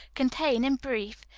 contain, in brief,